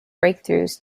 breakthroughs